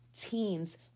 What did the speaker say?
teens